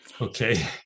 Okay